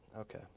okay